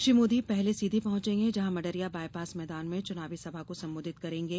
श्री मोदी पहले सीधी पहॅचेंगे जहा मडरिया बायपास मैदान में चुनावी सभा को संबोधित करेंगे